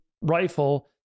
rifle